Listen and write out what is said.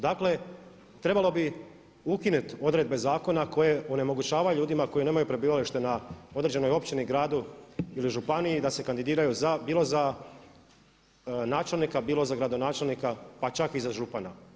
Dakle, trebalo bi ukinuti odredbe zakona koje onemogućavaju ljudima koji nemaju prebivalište na određenoj općini, gradu ili županiji da se kandidiraju bilo za načelnika, bilo za gradonačelnika pa čak i za župana.